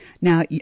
Now